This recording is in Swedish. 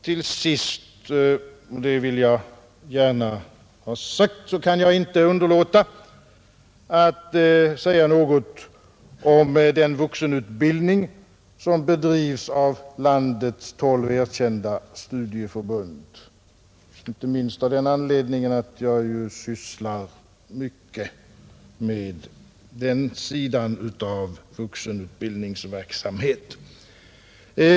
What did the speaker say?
Till sist — det vill jag gärna ha sagt — kan jag inte underlåta att säga något om den vuxenutbildning som bedrivs av landets tolv erkända studieförbund, inte minst av den anledningen att jag ju sysslar mycket med den sidan av vuxenutbildningsverksamhet.